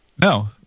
No